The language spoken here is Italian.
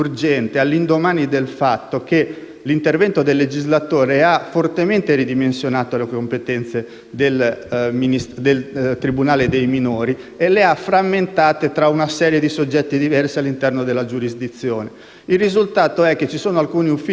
dell'intervento del legislatore che ha fortemente ridimensionato le competenze del tribunale dei minori e le ha frammentate tra una serie di soggetti diversi all'interno della giurisdizione. Il risultato è che ci sono alcuni uffici, senatrice Mussini, che davvero